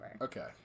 okay